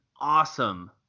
awesome